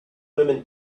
women